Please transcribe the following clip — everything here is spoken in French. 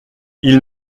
ils